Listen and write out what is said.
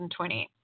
2020